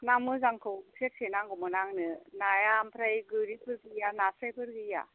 ना मोजांखौ सेरसे नांगौमोन आंनो नाया आमफ्राय गोरिफोर गैया नास्रायफोर गैया